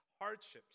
hardships